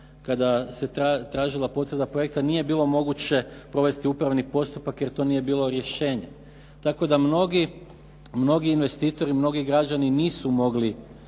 kada se tražila potvrda projekta nije bilo moguće provesti upravni postupak jer to nije bilo rješenje. Tako da mnogi investitori, mnogi građani nisu mogli